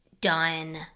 done